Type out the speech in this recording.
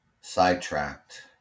sidetracked